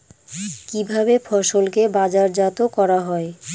কিভাবে ফসলকে বাজারজাত করা হয়?